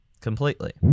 completely